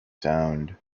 sound